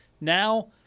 Now